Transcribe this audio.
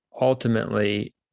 ultimately